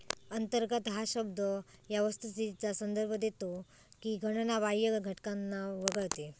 अंतर्गत हा शब्द या वस्तुस्थितीचा संदर्भ देतो की गणना बाह्य घटकांना वगळते